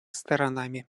сторонами